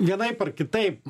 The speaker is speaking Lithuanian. vienaip ar kitaip